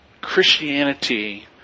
Christianity